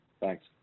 Thanks